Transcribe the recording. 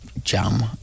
jam